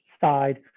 side